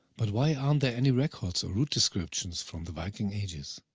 but why aren't there any records or route descriptions from the viking ages?